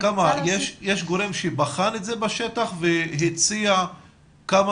יש גורם שבחן את זה בשטח והציע כמה